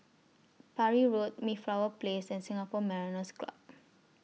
Parry Road Mayflower Place and Singapore Mariners' Club